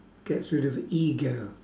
gets rid of ego